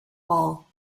wall